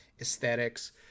aesthetics